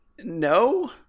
No